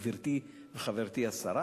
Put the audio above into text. גברתי וחברתי השרה,